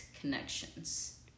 connections